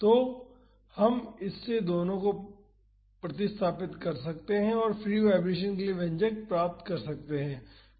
तो हम इसमें इन दोनों को प्रतिस्थापित कर सकते हैं और फ्री वाईब्रेशन के लिए व्यंजक प्राप्त कर सकते हैं